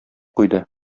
куйды